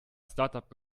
startup